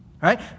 Right